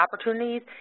opportunities